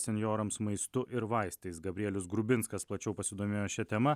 senjorams maistu ir vaistais gabrielius grubinskas plačiau pasidomėjo šia tema